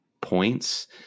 points